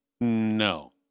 No